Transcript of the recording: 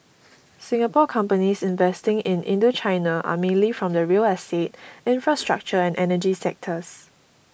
Singapore companies investing in Indochina are mainly from the real estate infrastructure and energy sectors